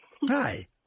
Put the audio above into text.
hi